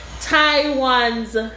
Taiwan's